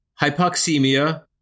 hypoxemia